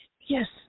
Yes